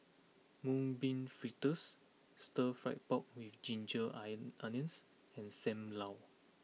Mung Bean Fritters Stir Fry Pork with Ginger Onions and Sam Lau